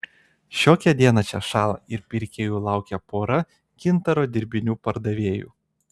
šiokią dieną čia šąla ir pirkėjų laukia pora gintaro dirbinių pardavėjų